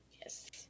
Yes